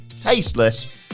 tasteless